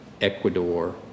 Ecuador